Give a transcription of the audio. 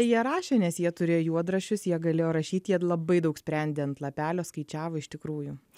jie rašė nes jie turėjo juodraščius jie galėjo rašyt jie labai daug sprendė ant lapelio skaičiavo iš tikrųjų